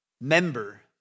Member